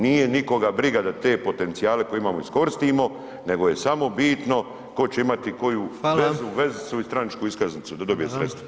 Nije nikoga briga da te potencijale koje imamo iskoristimo nego je samo bitno ko će imati koju [[Upadica: Hvala]] vezu vezicu i stranačku iskaznicu da dobije sredstva.